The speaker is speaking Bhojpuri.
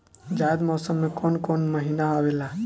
जायद मौसम में कौन कउन कउन महीना आवेला?